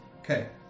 Okay